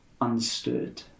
understood